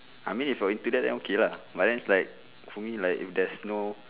I mean if you're into that then okay lah but then it's like to me like if there's no